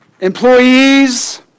employees